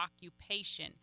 occupation